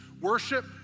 worship